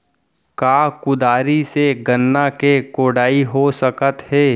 का कुदारी से गन्ना के कोड़ाई हो सकत हे?